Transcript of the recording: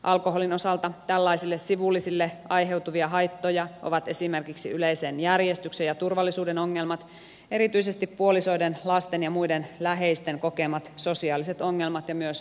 alkoholin osalta tällaisia sivullisille aiheutuvia haittoja ovat esimerkiksi yleisen järjestyksen ja turvallisuuden ongelmat erityisesti puolisoiden lasten ja muiden läheisten kokemat sosiaaliset ongelmat ja myös valitettavasti väkivalta